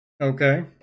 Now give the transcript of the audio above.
Okay